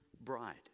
bride